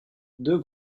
deux